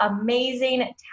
amazing